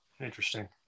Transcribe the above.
interesting